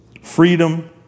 Freedom